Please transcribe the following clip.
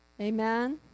Amen